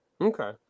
Okay